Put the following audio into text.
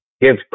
give